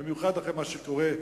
במיוחד אחרי מה שקורה היום בהשכלה.